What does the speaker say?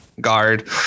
guard